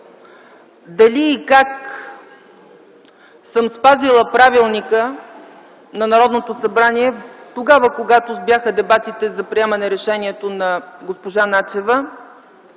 дали и как съм спазила Правилника на Народното събрание, когато бяха дебатите за приемане решението за госпожа Начева,